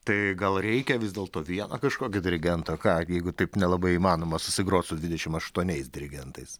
tai gal reikia vis dėlto vieno kažkokio dirigento ką gi jeigu taip nelabai įmanoma susigrot su dvidešim aštuoniais dirigentais